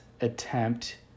attempt